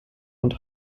und